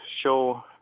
show